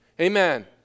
Amen